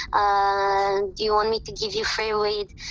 and do you want me to give you free weed?